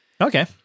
Okay